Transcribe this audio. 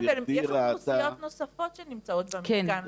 ויש אוכלוסיות נוספות שנמצאות במתקן,